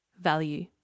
value